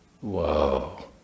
whoa